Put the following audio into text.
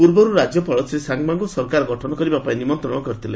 ପୂର୍ବରୁ ରାଜ୍ୟପାଳ ଶ୍ରୀ ସାଙ୍ଗ୍ମାଙ୍କୁ ସରକାର ଗଠନପାଇଁ ନିମନ୍ତ୍ରଣ କରିଥିଲେ